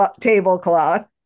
tablecloth